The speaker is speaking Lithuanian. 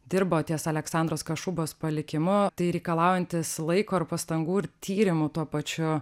dirbo ties aleksandros kašubos palikimu tai reikalaujantys laiko ir pastangų ir tyrimų tuo pačiu